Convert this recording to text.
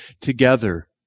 together